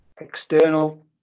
external